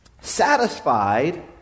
satisfied